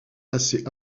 assez